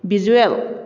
visual